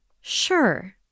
Sure